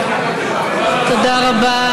תודה רבה.